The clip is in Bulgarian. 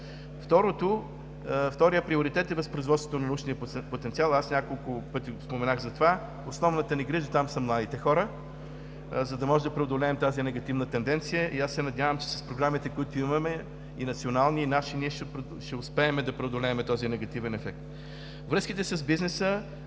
Вторият приоритет е възпроизводството на научния потенциал. Аз няколко пъти споменах за това. Основната ни грижа там са младите хора, за да може да преодолеем тази негативна тенденция и аз се надявам, че с програмите, които имаме – и национални, и наши, ние ще успеем да преодолеем този негативен ефект. Връзките с бизнеса,